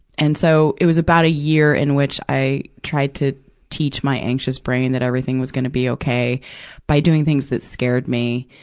and so, it was about a year in which i tried to teach my anxious brain that everything was gonna be okay by doing things that scared me,